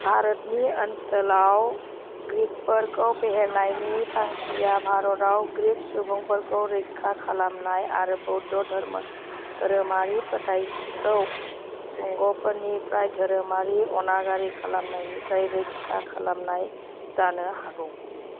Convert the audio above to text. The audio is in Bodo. भारतनि ओनसोलाव ग्रीकफोरखौ फेहेरनायनि थांखिया भारतआव ग्रीक सुबुंफोरखौ रैखा खालामनाय आरो बौद्ध धोरमो धोरोमारि फोथाइथिखौ शुंग'फोरनिफ्राय धोरोमारि अनागारि खालामनायनिफ्राय रैखा खालामनाय जानो हागौ